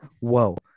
whoa